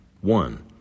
One